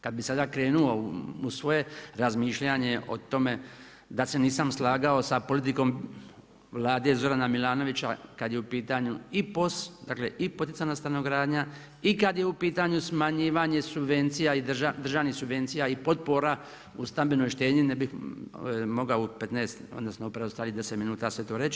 Kad bih sada krenuo u svoje razmišljanje o tome da se nisam slagao sa politikom Vlade Zorana Milanovića kad je u pitanju i POS, dakle i poticana stanogradnja i kad je u pitanju smanjivanje subvencija, državnih subvencija i potpora u stambenoj štednji ne bih mogao u 15, odnosno upravo u 10 minuta sve to reći.